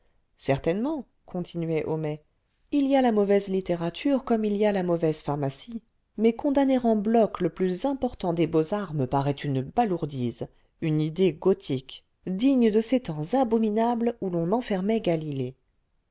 certainement continuait homais il y a la mauvaise littérature comme il y a la mauvaise pharmacie mais condamner en bloc le plus important des beaux arts me paraît une balourdise une idée gothique digne de ces temps abominables où l'on enfermait galilée